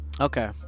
Okay